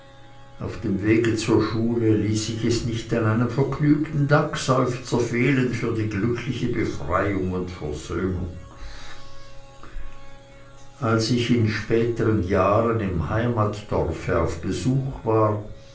auf dem wege zur schule ließ ich es nicht an einem vergnügten dankseufzer fehlen für die glückliche befreiung und versöhnung als ich in späteren jahren im heimatdorfe auf besuch war